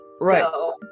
Right